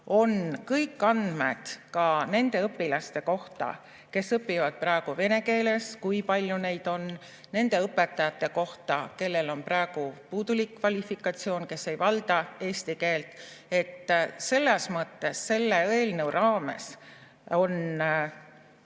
on kõik andmed ka nende õpilaste kohta, kes õpivad praegu vene keeles, kui palju neid on, nende õpetajate kohta, kellel on praegu puudulik kvalifikatsioon, kes ei valda eesti keelt. Selles mõttes selle eelnõu raames on